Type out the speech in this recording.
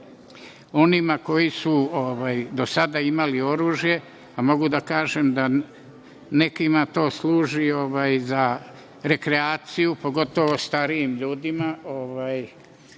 onima koji su do sada imali oružje, a mogu da kažem da nekima to služi za rekreaciju, pogotovo starijim ljudima,